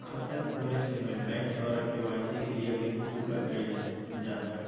खाता खोलय समय बैंक द्वारा के.वाई.सी क्रियाविधि पूरा कइल जा हइ